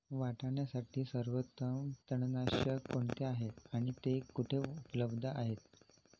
वाटाण्यासाठी सर्वोत्तम तणनाशक कोणते आहे आणि ते कुठे उपलब्ध आहे?